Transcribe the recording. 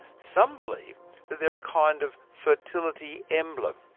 some believe they're a kind of fertility emblem,